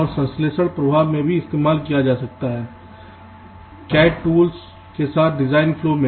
और संश्लेषण प्रवाह में भी इस्तेमाल किया जा सकता है CAD टूल्स के साथ डिजाइन फ्लो में